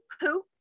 poop